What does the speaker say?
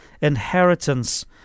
inheritance